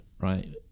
right